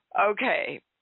Okay